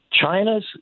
China's